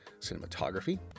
cinematography